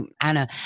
Anna